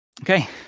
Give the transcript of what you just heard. Okay